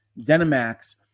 Zenimax